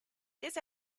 this